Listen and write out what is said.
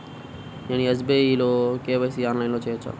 నేను ఎస్.బీ.ఐ లో కే.వై.సి ఆన్లైన్లో చేయవచ్చా?